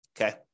okay